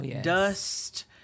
dust